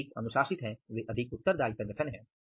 वे अधिक अनुशासित है वे अधिक उत्तरदायी संगठन हैं